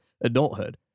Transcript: adulthood